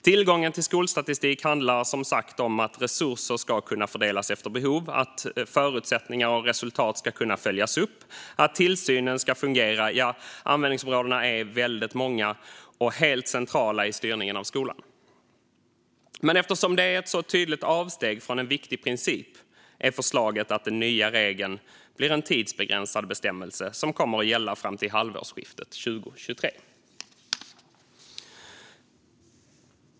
Tillgången till skolstatistik handlar som sagt om att resurser ska kunna fördelas efter behov, att förutsättningar och resultat ska kunna följas upp, att tillsynen ska fungera - ja, användningsområdena är väldigt många och helt centrala i styrningen av skolan. Men eftersom det är ett så tydligt avsteg från en viktig princip är förslaget att den nya regeln blir en tidsbegränsad bestämmelse som kommer att gälla fram till halvårsskiftet 2023.